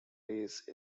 race